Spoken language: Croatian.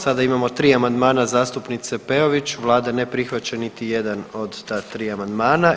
Sada imamo 3 amandmana zastupnice Peović, Vlada ne prihvaća niti jedan od ta 3 amandmana.